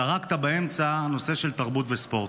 זרקת באמצע את הנושא של תרבות וספורט.